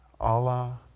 Allah